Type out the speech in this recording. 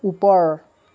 ওপৰ